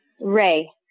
Ray